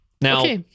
Now